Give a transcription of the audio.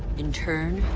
in turn,